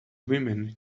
women